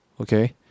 Okay